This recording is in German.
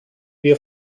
wir